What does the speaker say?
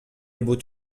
бут